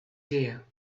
here